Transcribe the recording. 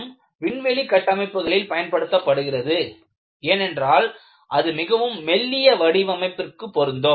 LEFM விண்வெளி கட்டமைப்புகளில் பயன்படுத்தப்படுகிறது ஏனென்றால் அது மிகவும் மெல்லிய வடிவமைப்பிற்கு பொருந்தும்